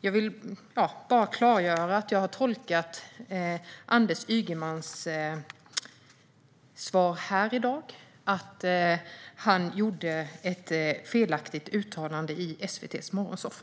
Jag tolkar Anders Ygemans svar i dag som att han gjorde ett felaktigt uttalande i SVT:s morgonsoffa.